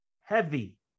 Heavy